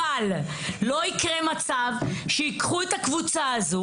אבל לא יקרה מצב שייקחו את הקבוצה הזאת